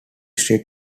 street